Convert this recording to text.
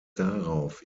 darauf